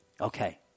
Okay